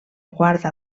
guarda